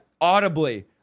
audibly